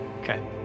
Okay